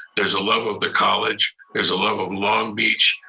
there's a love of the college, there's a love of long beach.